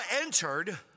entered